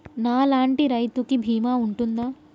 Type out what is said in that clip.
నా లాంటి రైతు కి బీమా ఉంటుందా?